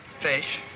fish